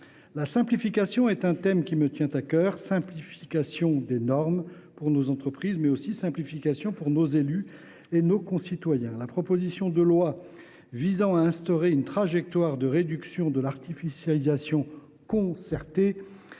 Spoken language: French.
La simplification est un thème qui me tient à cœur : simplification des normes pour nos entreprises, mais aussi simplification pour nos élus et nos concitoyens. La proposition de loi visant à instaurer une trajectoire de réduction de l’artificialisation concertée